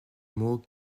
mots